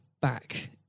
back